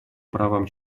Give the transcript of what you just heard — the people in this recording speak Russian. правам